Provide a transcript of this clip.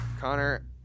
Connor